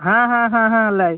হ্যাঁ হ্যাঁ হ্যাঁ হ্যাঁ লাই